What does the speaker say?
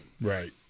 Right